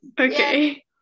Okay